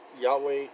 Yahweh